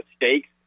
mistakes